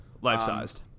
Life-sized